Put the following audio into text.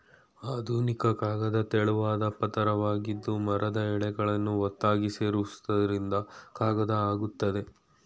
ಆಧುನಿಕ ಕಾಗದ ತೆಳುವಾದ್ ಪದ್ರವಾಗಿದ್ದು ಮರದ ಎಳೆಗಳನ್ನು ಒತ್ತಾಗಿ ಸೇರ್ಸೋದ್ರಿಂದ ಕಾಗದ ಆಗಯ್ತೆ